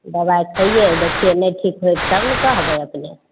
दबाइ खैयै देखियै नहि ठीक होएत तब ने कहबै अपने